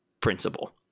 principle